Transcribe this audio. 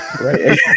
right